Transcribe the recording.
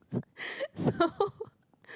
so